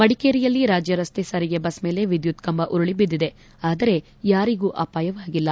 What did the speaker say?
ಮಡಿಕೇರಿಯಲ್ಲಿ ರಾಜ್ಯ ರಸ್ತೆ ಸಾರಿಗೆ ಬಸ್ ಮೇಲೆ ವಿದ್ಯುತ್ ಕಂಬ ಉರುಳ ಬಿದ್ದಿದೆ ಆದರೆ ಯಾರಿಗೂ ಅಪಾಯವಾಗಿಲ್ಲ